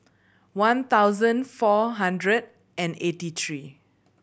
one thousand four hundred and eighty three